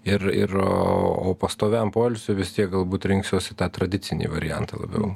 ir ir o o pastoviam poilsiui vis tiek galbūt rinksiuosi tą tradicinį variantą labiau